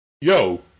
yo